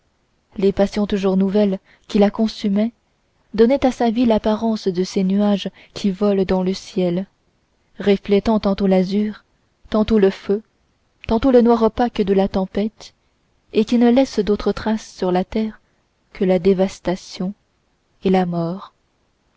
les passions toujours nouvelles qui la consumaient donnaient à sa vie l'apparence de ces nuages qui volent dans le ciel reflétant tantôt l'azur tantôt le feu tantôt le noir opaque de la tempête et qui ne laissent d'autres traces sur la terre que la dévastation et la mort